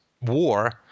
war